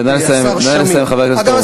נא לסיים, חבר הכנסת הורוביץ.